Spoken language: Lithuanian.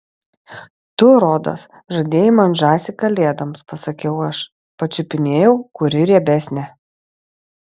tu rodos žadėjai man žąsį kalėdoms pasakiau aš pačiupinėjau kuri riebesnė